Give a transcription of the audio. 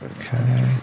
okay